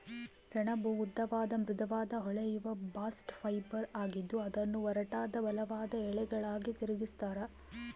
ಸೆಣಬು ಉದ್ದವಾದ ಮೃದುವಾದ ಹೊಳೆಯುವ ಬಾಸ್ಟ್ ಫೈಬರ್ ಆಗಿದ್ದು ಅದನ್ನು ಒರಟಾದ ಬಲವಾದ ಎಳೆಗಳಾಗಿ ತಿರುಗಿಸ್ತರ